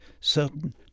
certain